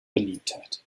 beliebtheit